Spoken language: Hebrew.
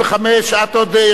עוד יש לך 20 שנה,